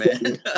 man